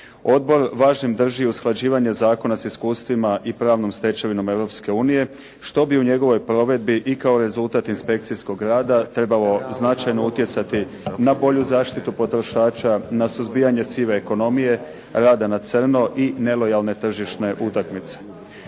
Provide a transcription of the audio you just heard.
Odbor važnim drži usklađivanje zakona s iskustvima i pravnom stečevinom Europske unije što bi u njegovoj provedbi i kao rezultat inspekcijskog rada trebalo značajno utjecati na bolju zaštitu potrošača, na suzbijanje sive ekonomije, rada na crno i nelojalne tržišne utakmice.